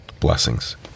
Blessings